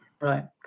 Right